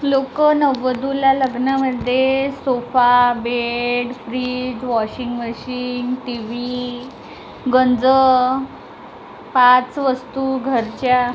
लोकं नववधूला लग्नामध्ये sofa bed fridge washing machine T V गंज पाच वस्तू घरच्या